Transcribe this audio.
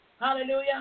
Hallelujah